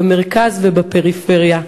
במרכז ובפריפריה.